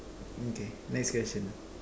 okay next question ah